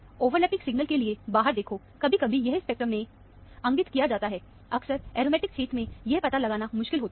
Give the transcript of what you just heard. overlapping signal के लिए बाहर देखो कभी कभी यह स्पेक्ट्रम में इंगित किया जाता है अक्सर एरोमेटिक क्षेत्र में यह पता लगाना मुश्किल होता है